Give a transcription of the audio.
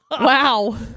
Wow